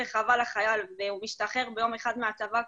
זה שהוא עובד בשוק הפרטי ומשרד האוצר מתעסק